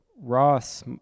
Ross